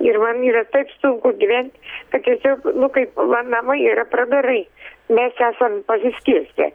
ir man yra taip sunku gyvent tokiose nu kaip man namai yra pragarai mes esam pasiskirstę